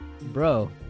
Bro